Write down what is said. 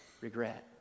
regret